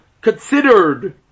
considered